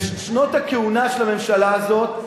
בשנות הכהונה של הממשלה הזאת,